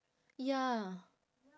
ya